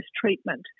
treatment